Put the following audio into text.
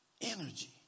Energy